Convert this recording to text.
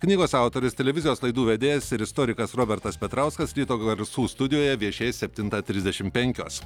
knygos autorius televizijos laidų vedėjas ir istorikas robertas petrauskas ryto garsų studijoje viešės septintą trisdešim penkios